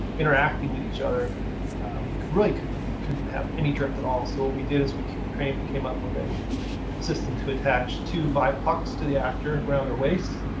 interacting with each other we really couldn't have any drift at all. so what we did is we came came up with a system to attach to vive pucks to the actor, around their waist,